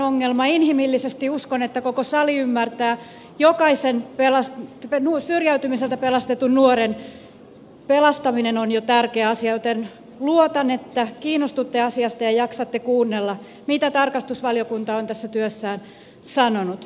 inhimillisesti uskon että koko sali ymmärtää jokaisen syrjäytymiseltä pelastetun nuoren pelastaminen on jo tärkeä asia joten luotan että kiinnostutte asiasta ja jaksatte kuunnella mitä tarkastusvaliokunta on tässä työssään sanonut